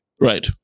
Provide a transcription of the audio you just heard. Right